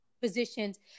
positions